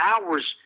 hours